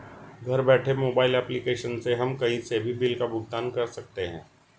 घर बैठे mobile application से हम कही से भी बिल का भुगतान कर सकते है